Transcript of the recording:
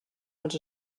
els